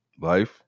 Life